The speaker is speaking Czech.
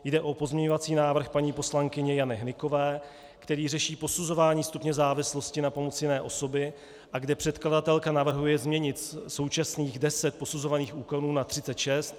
Jde o pozměňovací návrh paní poslankyně Jany Hnykové, který řeší posuzování stupně závislosti na pomoci jiné osoby a kde předkladatelka navrhuje změnit současných 10 posuzovaných úkonů na 36.